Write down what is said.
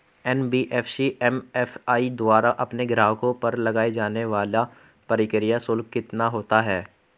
NBFC MFI द्वारा अपने ग्राहकों पर लगाए जाने वाला प्रक्रिया शुल्क कितना होता है?